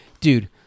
dude